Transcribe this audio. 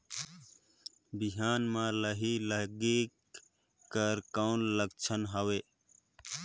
बिहान म लाही लगेक कर कौन लक्षण हवे?